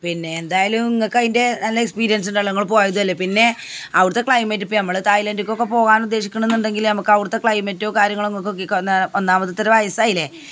പിന്നെ എന്തായലും നിങ്ങൾക്ക് അതിൻ്റെ നല്ല എക്സ്പീരിയൻസ്സ് ഉണ്ടല്ലോ നിങ്ങൾ പോയതുമല്ലെ പിന്നേ അവിടുത്തെ ക്ലൈമറ്റ് ഇപ്പം നമ്മൾ തായ്ലാൻ്റിലേക്കൊക്കെ പോകാൻ ഉദ്ദേശിക്കുന്നുണ്ടെങ്കിൽ നമുക്ക് അവിടുത്തെ ക്ലൈമറ്റും കാര്യങ്ങളൊക്കിക്കോന്നാ ഒന്നാമത് ഇത്ര വയസ്സായില്ലേ